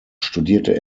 studierte